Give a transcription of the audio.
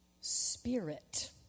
spirit